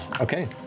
okay